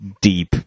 deep